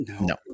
No